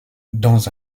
dans